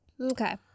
Okay